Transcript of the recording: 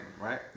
right